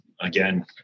Again